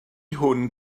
hwn